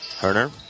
Herner